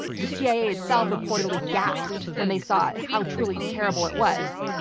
the cia itself reportedly gasped when they saw how truly terrible it was.